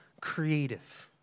creative